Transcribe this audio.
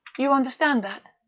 you understand that?